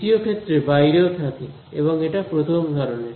দ্বিতীয় ক্ষেত্রে বাইরেও থাকে এবং এটা প্রথম ধরনের